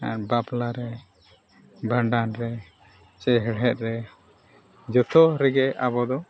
ᱵᱟᱯᱞᱟ ᱨᱮ ᱵᱷᱟᱸᱰᱟᱱ ᱨᱮ ᱥᱮ ᱦᱮᱲᱦᱮᱫᱽ ᱨᱮ ᱡᱚᱛᱚ ᱨᱮᱜᱮ ᱟᱵᱚ ᱫᱚ